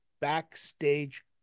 backstage